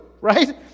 right